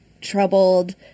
troubled